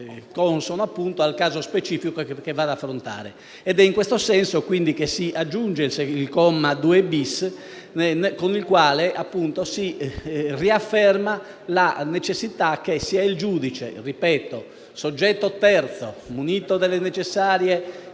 consono al caso specifico che va ad affrontare. È in questo senso quindi che si aggiunge il comma 2-*bis* con il quale si riafferma la necessità che sia il giudice, soggetto terzo, in possesso delle necessarie